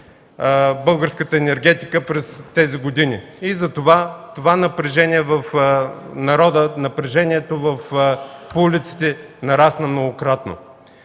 българската енергетика през тези години. И затова това напрежение в народа, напрежението по улиците нарасна многократно.